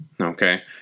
Okay